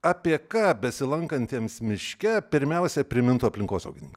apie ką besilankantiems miške pirmiausia primintų aplinkosauginink